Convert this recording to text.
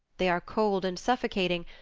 they are cold and suffocating,